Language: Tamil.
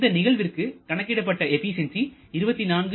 இந்த நிகழ்விற்கு கணக்கிடப்பட்ட எபிசியன்சி 24